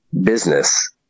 business